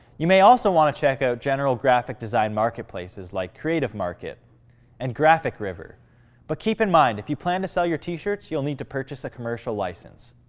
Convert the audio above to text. you may also want to check out general graphic design marketplaces like creative market and graphic river but keep in mind if you plan to sell your t-shirts, you'll need to purchase a commercial license.